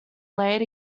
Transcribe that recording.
laid